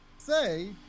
Say